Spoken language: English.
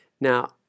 Now